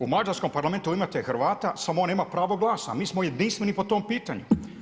U mađarskom Parlamentu imate Hrvata samo on nema pravo glasa, a mi smo jedinstveni po tom pitanju.